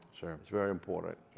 sure. it's very important.